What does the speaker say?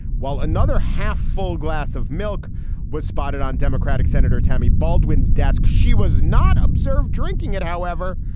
while another half full glass of milk was spotted on democratic senator tammy baldwin's desk. she was not observed drinking it, however.